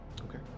Okay